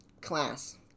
class